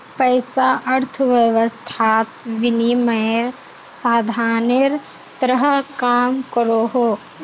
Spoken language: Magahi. पैसा अर्थवैवस्थात विनिमयेर साधानेर तरह काम करोहो